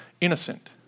innocent